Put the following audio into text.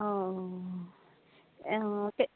অঁ অঁ অঁ